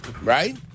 Right